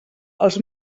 els